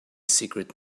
secret